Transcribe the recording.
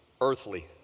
earthly